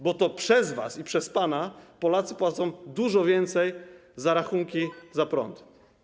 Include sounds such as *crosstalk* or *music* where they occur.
Bo to przez was i przez pana Polacy płacą dużo większe rachunki *noise* za prąd.